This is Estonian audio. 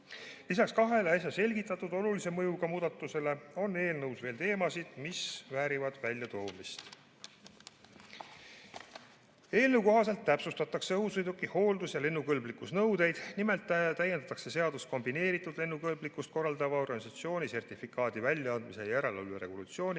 Lisaks kahele äsja selgitatud olulise mõjuga muudatusele on eelnõus veel teemasid, mis väärivad väljatoomist. Eelnõu kohaselt täpsustatakse õhusõiduki hoolduse ja lennukõlblikkuse nõudeid. Nimelt täiendatakse seadust kombineeritud lennukõlblikkust korraldava organisatsiooni sertifikaadi väljaandmise ja järelevalve regulatsiooniga.